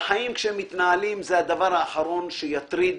והחיים כשהם מתנהלים, זה הדבר האחרון שיטריד